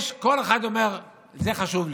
כל אחד אומר: זה חשוב לי.